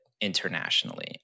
internationally